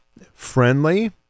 friendly